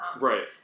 Right